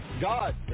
God